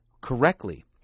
correctly